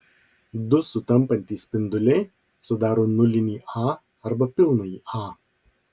du sutampantys spinduliai sudaro nulinį a arba pilnąjį a